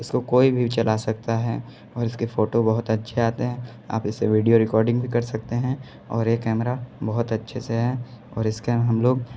इस को कोई भी चला सकता है और इस के फ़ोटो बहुत अच्छे आते हैं आप इस से वीडियो रिकॉर्डिंग भी कर सकते हैं और ये कैमरा बहुत अच्छे से है और इस के हम लोग